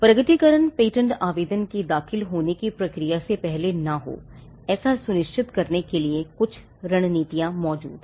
प्रकटीकरण पेटेंट आवेदन के दाखिल होने की प्रक्रिया से पहले ना हो ऐसा सुनिश्चित करने के लिए कुछ रणनीतियाँ मौजूद हैं